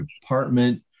department